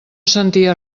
sentia